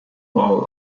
while